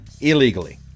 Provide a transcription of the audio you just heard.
illegally